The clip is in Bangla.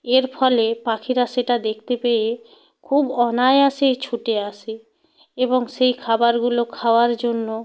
এর ফলে পাখিরা সেটা দেখতে পেয়ে খুব অনায়াসেই ছুটে আসে এবং সেই খাবারগুলো খাওয়ার জন্য